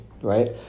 Right